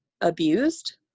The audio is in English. abused